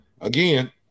Again